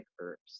herbs